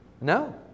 No